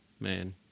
Man